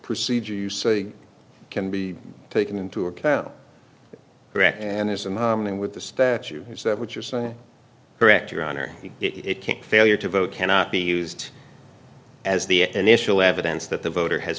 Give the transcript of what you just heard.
proceed you so you can be taken into account correct and there's a moment in with the statue is that what you're saying correct your honor it can't failure to vote cannot be used as the initial evidence that the voter has